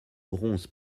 bronze